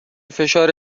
فشار